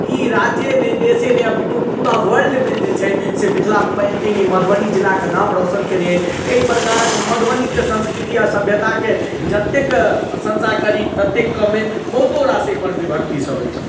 ई राज्ये नहि देशे नहि अपितु पुरा वर्ल्ड मे जे छै से मिथिला पेन्टिंग ई मधुबनी जिलाकेँ नाम रौशन कयने अहि तऽ एहि प्रकारक मधुबनीके सांस्कृति आओर सभ्यताकेँ जतेक प्रशंशा करी ततेक कम अहि बहुतो रास एहिपर विभक्ति सभ अछि